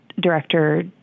Director